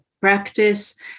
practice